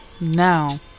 now